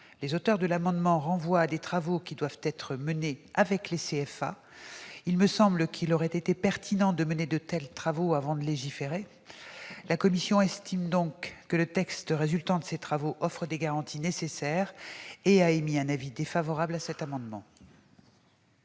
Les auteurs de l'amendement renvoient à des travaux qui doivent être menés avec les CFA. Il me semble qu'il aurait été pertinent de mener de tels travaux avant de légiférer. La commission estimant que le texte résultant de ses travaux offre les garanties nécessaires, elle a émis un avis défavorable sur cet amendement.